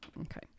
Okay